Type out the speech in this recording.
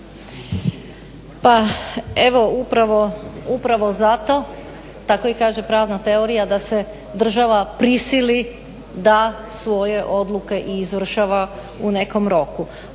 Pa evo upravo zato, tako i kaže pravna teorija, da se država prisili da svoje odluke i izvršava u nekom roku.